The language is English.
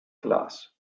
class